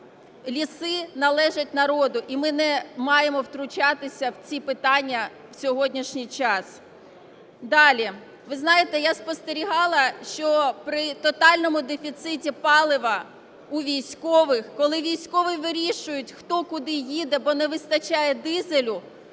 ліси належать народу, і ми не маємо втручатися в ці питання в сьогоднішній час. Далі. Ви знаєте, я спостерігала, що при тотальному дефіциті палива у військових, коли військові вирішують, хто куди їде, бо не вистачає дизелю,